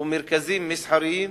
ומרכזים מסחריים